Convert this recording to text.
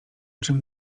czym